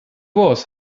was